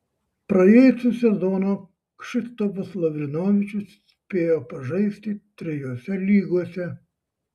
praėjusį sezoną kšištofas lavrinovičius spėjo pažaisti trijose lygose